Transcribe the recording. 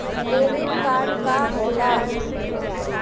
Debit card का होला?